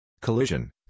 Collision